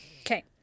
Okay